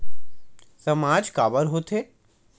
सामाज काबर हो थे?